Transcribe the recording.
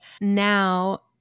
Now